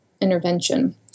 intervention